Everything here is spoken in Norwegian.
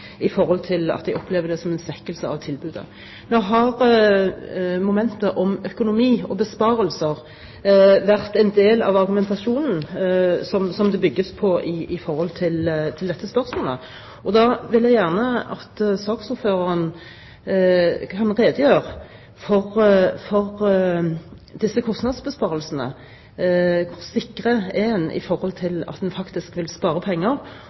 de opplever det som en svekkelse av tilbudet. Nå har momentet om økonomi og besparelser vært en del av argumentasjonen som det bygges på i dette spørsmålet. Jeg vil gjerne at saksordføreren redegjør for disse kostnadsbesparelsene – forsikrer om at en faktisk vil spare penger.